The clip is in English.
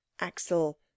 Axel